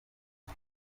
com